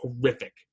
horrific